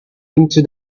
into